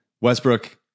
Westbrook